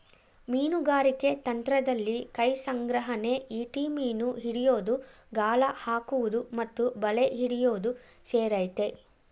ಮೀನುಗಾರಿಕೆ ತಂತ್ರದಲ್ಲಿ ಕೈಸಂಗ್ರಹಣೆ ಈಟಿ ಮೀನು ಹಿಡಿಯೋದು ಗಾಳ ಹಾಕುವುದು ಮತ್ತು ಬಲೆ ಹಿಡಿಯೋದು ಸೇರಯ್ತೆ